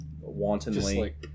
wantonly